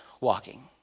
walking